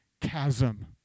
chasm